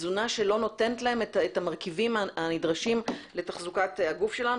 מתזונה שלא נותנת להם את המרכיבים הנדרשים לתחזוקת הגוף שלנו.